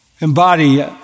embody